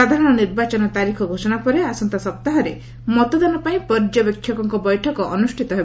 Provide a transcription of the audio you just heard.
ସାଧାରଣ ନିର୍ବାଚନ ତାରିଖ ଘୋଷଣା ପରେ ଆସନ୍ତା ସପ୍ତାହରେ ମତଦାନ ପାଇଁ ପର୍ଯ୍ୟବେକ୍ଷକଙ୍କ ବୈଠକ ଅନୁଷିତ ହେବ